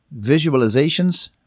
visualizations